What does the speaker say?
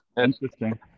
interesting